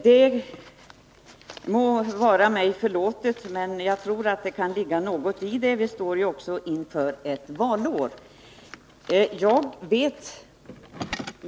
Det må vara mig förlåtet, men jag tror att det kan ligga något i det — vi står ju också inför ett valår.